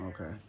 okay